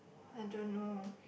I don't know